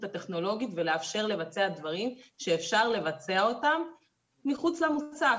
הטכנולוגית ולאפשר לבצע דברים שאפשר לבצע אותם מחוץ למוסך.